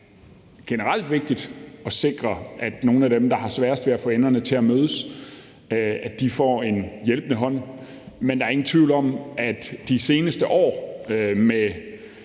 Det er generelt vigtigt at sikre, at nogle af dem, der har sværest ved at få enderne til at mødes, får en hjælpende hånd, men der er ingen tvivl om, at efter de seneste år med